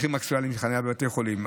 מחיר מקסימלי של חניה בבתי חולים.